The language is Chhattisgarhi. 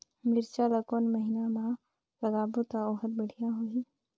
मिरचा ला कोन महीना मा लगाबो ता ओहार बेडिया होही?